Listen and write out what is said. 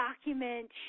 document